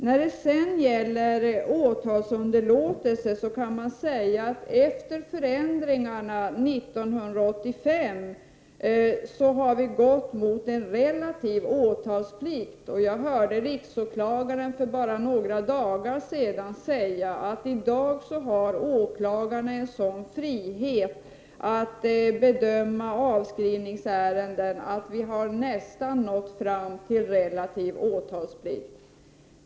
När det gäller åtalsunderlåtelse kan man konstatera att efter förändringarna 1985 har vi gått mot en relativ åtalsplikt. Jag hörde riksåklagaren bara för några dagar sedan säga att i dag har åklagarna en sådan frihet att bedöma avskrivningsärenden att vi har nästan nått fram till relativ åtalsplikt.